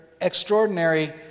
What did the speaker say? extraordinary